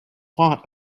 lot